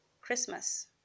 Christmas